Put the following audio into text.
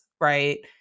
right